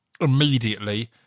immediately